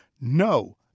No